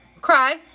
cry